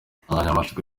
insanganyamatsiko